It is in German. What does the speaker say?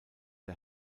der